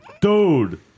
dude